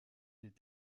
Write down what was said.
est